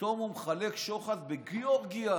פתאום הוא מחלק שוחד בגיאורגיה.